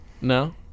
no